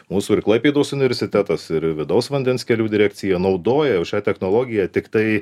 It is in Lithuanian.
mūsų ir klaipėdos universitetas ir vidaus vandens kelių direkcija naudoja jau šią technologiją tiktai